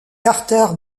carter